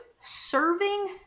serving